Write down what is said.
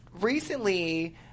recently